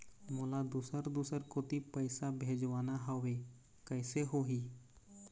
मोला दुसर दूसर कोती पैसा भेजवाना हवे, कइसे होही?